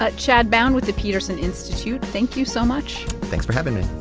ah chad bown with the peterson institute, thank you so much thanks for having me